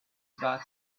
that